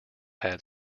had